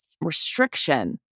restriction